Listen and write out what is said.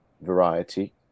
Variety